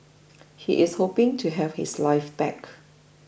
he is hoping to have his life back